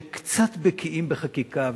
שקצת בקיאים בחקיקה,